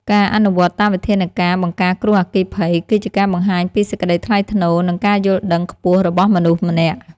ការអនុវត្តតាមវិធានការបង្ការគ្រោះអគ្គិភ័យ គឺជាការបង្ហាញពីសេចក្តីថ្លៃថ្នូរ និងការយល់ដឹងខ្ពស់របស់មនុស្សម្នាក់។